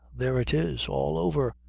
there it is all over,